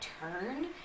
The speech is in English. turn